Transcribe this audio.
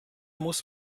muss